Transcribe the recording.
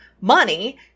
money